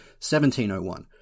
1701